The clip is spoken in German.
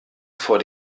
vor